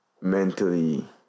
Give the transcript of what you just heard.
mentally